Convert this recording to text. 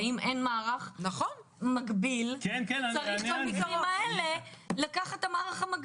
האם אין מערך מקביל שצריך במקרים הללו לקחת את המערך המקביל.